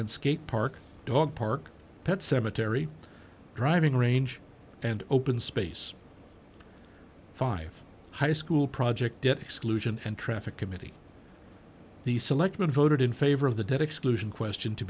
and skate park dog park pet sematary driving range and open space five high school project at exclusion and traffic committee the selectmen voted in favor of the defects occlusion question to